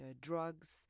drugs